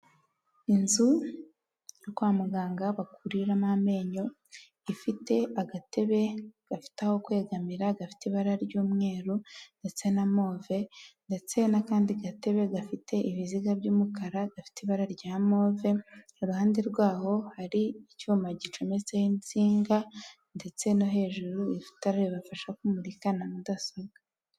Inzu yo kwa muganga bakuriramo amenyo, ifite agatebe gafite aho kwegamira, gafite ibara ry'umweru ndetse na move ndetse n'akandi gatebe gafite ibiziga by'umukara gafite ibara rya move, iruhande rwaho hari icyuma gicometseho insinga ndetse no hejuru ifite itara ribafasha kumurika na mudasobwa.